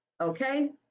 okay